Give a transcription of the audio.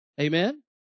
Amen